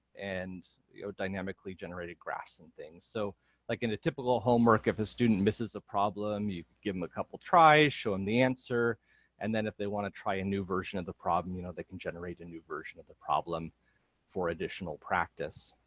and you know dynamically generated graphs and things. so like in a typical homework if a student misses a problem, you give them a couple tries, show them the answer and then if they want to try a new version of the problem, you know they can generate a new version of the problem for additional practice.